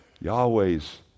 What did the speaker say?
Yahweh's